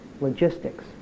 logistics